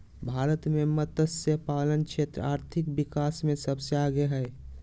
भारत मे मतस्यपालन क्षेत्र आर्थिक विकास मे सबसे आगे हइ